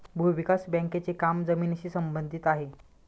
भूविकास बँकेचे काम जमिनीशी संबंधित आहे